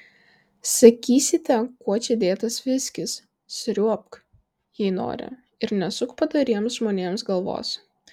sakysite kuo čia dėtas viskis sriuobk jei nori ir nesuk padoriems žmonėms galvos